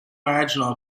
marginal